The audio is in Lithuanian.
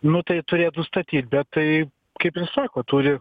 nu tai turėtų statyt bet tai kaip ir sako turi